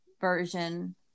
version